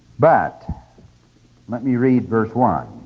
but let me read verse one